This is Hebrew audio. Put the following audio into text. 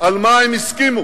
על מה הם הסכימו,